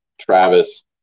Travis